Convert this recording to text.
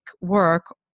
work